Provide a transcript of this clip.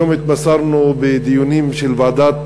היום התבשרנו בדיונים של ועדת